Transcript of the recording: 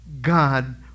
God